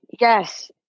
Yes